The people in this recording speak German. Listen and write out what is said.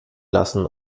lassen